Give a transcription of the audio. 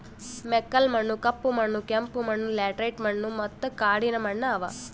ಮೆಕ್ಕಲು ಮಣ್ಣ, ಕಪ್ಪು ಮಣ್ಣ, ಕೆಂಪು ಮಣ್ಣ, ಲ್ಯಾಟರೈಟ್ ಮಣ್ಣ ಮತ್ತ ಕಾಡಿನ ಮಣ್ಣ ಅವಾ